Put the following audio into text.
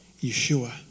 Yeshua